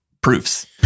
proofs